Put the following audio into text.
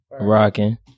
rocking